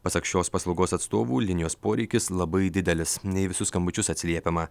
pasak šios paslaugos atstovų linijos poreikis labai didelis ne į visus skambučius atsiliepiama